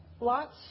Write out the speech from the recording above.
lots